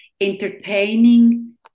entertaining